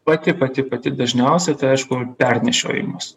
pati pati pati dažniausia tai aišku pernešiojimas